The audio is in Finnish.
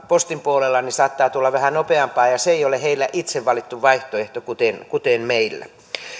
postin puolella ne saattavat tulla vähän nopeampaan ja se ei ole heillä itse valittu vaihtoehto kuten kuten meillä